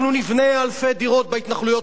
אנחנו נבנה אלפי דירות בהתנחלויות,